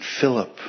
Philip